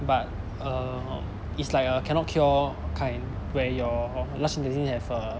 but err it's like uh cannot cure kind where your large intestine have a